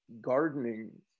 gardening